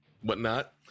whatnot